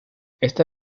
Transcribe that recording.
esta